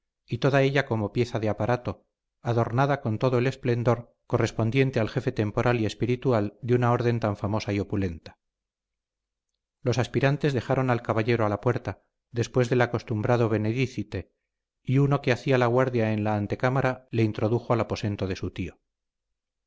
y toda ella como pieza de aparato adornada con todo el esplendor correspondiente al jefe temporal y espiritual de una orden tan famosa y opulenta los aspirantes dejaron al caballero a la puerta después del acostumbrado benedicite y uno que hacía la guardia en la antecámara le introdujo al aposento de su tío